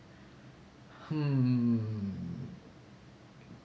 hmm